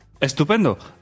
¡Estupendo